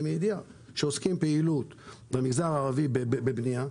מידיעה שעוסקים בפעילות במגזר הערבי בבנייה,